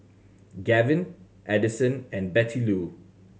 Gavyn Adison and Bettylou